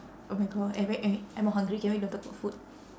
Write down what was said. oh my god I very eh I'm hungry can we don't talk about food